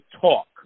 talk